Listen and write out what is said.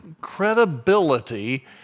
credibility